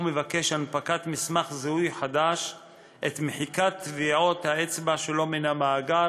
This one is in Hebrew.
מבקש הנפקת מסמך זיהוי חדש את מחיקת טביעות האצבע שלו מן המאגר,